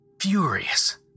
Furious